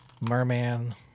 Merman